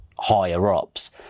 higher-ups